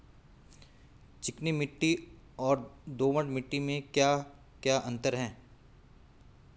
चिकनी मिट्टी और दोमट मिट्टी में क्या क्या अंतर है?